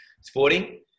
sporting